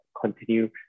continue